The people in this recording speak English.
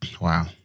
wow